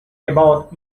about